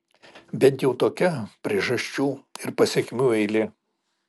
bent jau tokia priežasčių ir pasekmių eilė